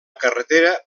carretera